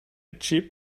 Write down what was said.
cheap